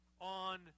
on